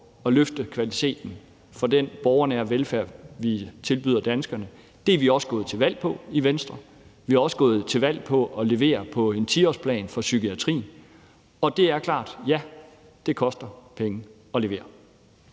at løfte kvaliteten af den borgernære velfærd, vi tilbyder danskerne. Det er vi også gået til valg på i Venstre. Vi er også gået til valg på at levere på en 10-årsplan for psykiatrien. Og det er klart, at ja, det koster penge at levere